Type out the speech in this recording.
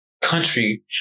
country